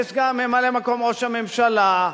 שממלא-מקום ראש הממשלה,